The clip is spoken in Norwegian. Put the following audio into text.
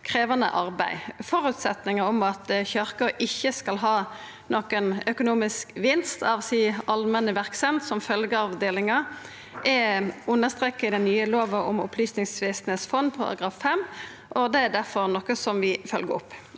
krevjande arbeid. Føresetnaden om at kyrkja ikkje skal ha nokon økonomisk vinst av si allmenne verksemd som følgje av delinga, er understreka i den nye lova om Opplysningsvesenets fond § 5, og det er difor noko som vi følgjer opp.